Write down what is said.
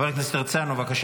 חברת הכנסת מטי צרפתי הרכבי,